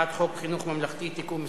הצעת חוק חינוך ממלכתי (תיקון מס'